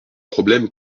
problèmes